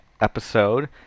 episode